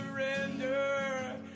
surrender